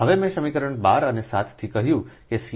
હવે મેં સમીકરણ 12 અને 7 થી કહ્યું કે સી